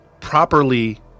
properly